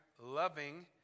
loving